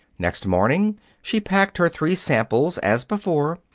next morning, she packed her three samples, as before,